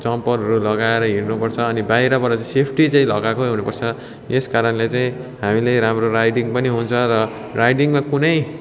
जम्परहरू लगाएर हिँड्नु पर्छ अनि बाहिरबाट चाहिँ सेफ्टी चाहिँ लगाएकै हुनु पर्छ यस कारणले चाहिँ हामीले राम्रो राइडिङ पनि हुन्छ र राइडिङमा कुनै